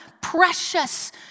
precious